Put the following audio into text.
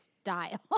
style